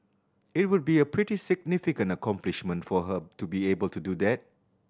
it would be a pretty significant accomplishment for her to be able to do that